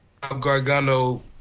Gargano